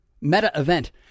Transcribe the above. meta-event